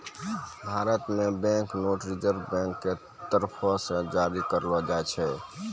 भारत मे bank note reserve bank के तरफो से जारी करलो जाय छै